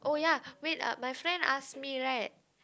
oh ya wait uh my friend ask me right